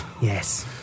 Yes